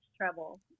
trouble